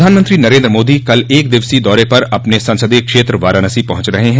प्रधानमंत्री नरेन्द्र मोदी कल एक दिवसीय दौरे पर अपने संसदीय क्षेत्र वाराणसी पहुंच रहे हैं